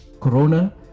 Corona